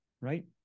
right